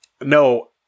No